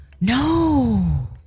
No